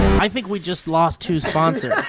i think we just lost two sponcers